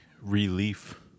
relief